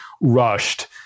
rushed